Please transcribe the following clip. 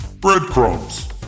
Breadcrumbs